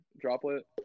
droplet